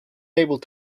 able